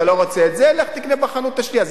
אתה לא רוצה את זה, לך תקנה בחנות השנייה.